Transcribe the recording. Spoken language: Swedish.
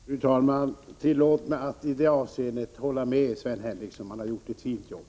Fru talman! Tillåt mig att i detta avseende hålla med Sven Henricsson. Personalen har gjort ett fint jobb.